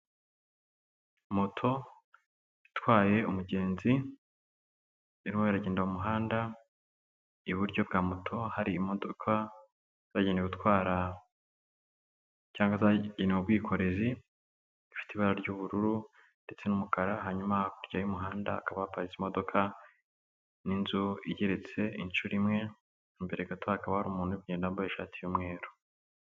Moto itwaye umugenzi, irimo iragenda mu muhanda, iburyo ka moto hari imodoka zagenewe gutwara cyangwa zagenewe ubwikorezi, ifite ibara ry'ubururu ndetse n'umukara, hanyuma hakurya y'umuhanda hakaba haparitse imodoka n'inzu igereretse inshuro imwe, imbere gato hakaba hari umuntu uri kugenda wambaye ishati y'umweru.